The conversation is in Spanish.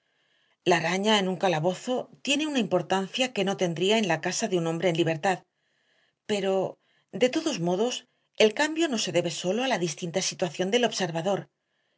la araña en un calabozo tiene una importancia que no tendría en la casa de un hombre en libertad pero de todos modos el cambio no se debe sólo a la distinta situación del observador